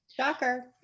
Shocker